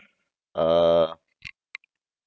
uh